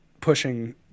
pushing